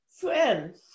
friends